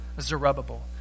Zerubbabel